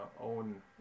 own